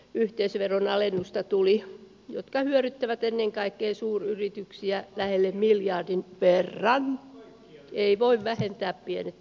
yhteisöveron alennusta tuli jotka vyöryttävät ennen kaikkea suuryrityksiä lähelle miljardin perrard ei voi vähentää pienet